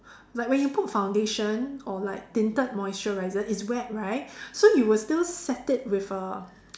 like when you put foundation or like tinted moisturiser it's wet right so you will still set it with a